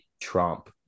Trump